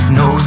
no